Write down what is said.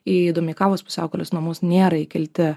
įeidam į kavus pusiaukelės namus nėra įkelti